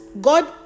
God